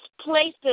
places